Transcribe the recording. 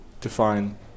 define